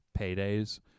paydays